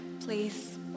please